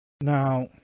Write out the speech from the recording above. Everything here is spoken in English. Now